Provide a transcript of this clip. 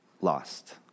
lost